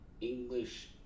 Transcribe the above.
English